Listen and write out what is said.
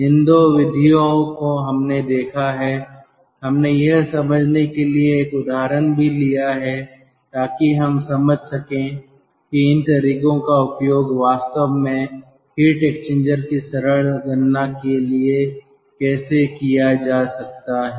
इन 2 विधियों को हमने देखा है हमने यह समझने के लिए एक उदाहरण भी लिया है ताकि हम समझ सके कि इन तरीकों का उपयोग वास्तव में हीट एक्सचेंजर की सरल गणना के लिए कैसे किया जा सकता है